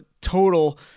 total